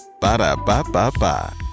Ba-da-ba-ba-ba